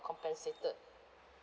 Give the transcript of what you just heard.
compensated